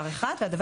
ויותר